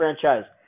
franchise